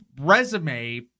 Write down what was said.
resume